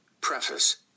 Preface